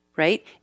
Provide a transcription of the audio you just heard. Right